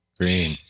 Green